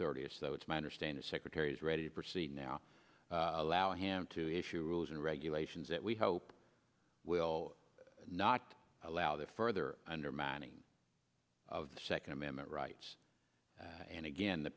thirtieth so it's my understanding secretary is ready to proceed now allow him to issue rules and regulations that we hope will not allow the further undermining of the second amendment rights and again the